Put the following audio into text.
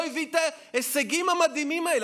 לא הביא את ההישגים המדהימים האלה.